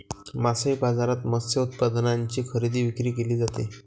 मासळी बाजारात मत्स्य उत्पादनांची खरेदी विक्री केली जाते